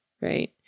right